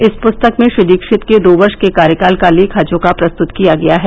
इस पुस्तक में श्री दीक्षित के दो वर्ष के कार्यकाल का लेखाजोखा प्रस्तुत किया गया है